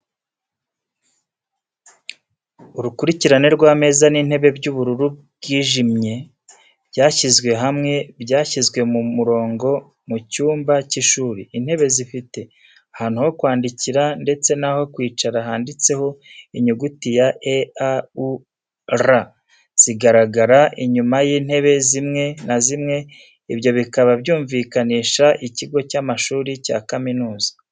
Urukurikirane rw'ameza n'intebe by'ubururu bwijimye byashyizwe hamwe, byashyizwe mu murongo mu cyumba cy'ishuri. Intebe zifite ahantu ho kwandikira ndetse naho kwicara handitseho inyuguti "E.A.U.R" zigaragara inyuma y'intebe zimwe na zimwe, ibyo bikaba byumvikanisha ikigo cy'amashuri cya kaminuza.